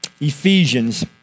Ephesians